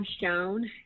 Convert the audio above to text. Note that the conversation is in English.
shown